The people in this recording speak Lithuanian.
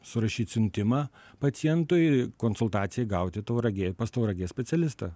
surašyt siuntimą pacientui konsultacijai gauti tauragėj pas tauragės specialistą